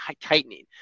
tightening